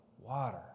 water